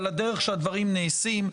אבל הדרך שהדברים נעשים,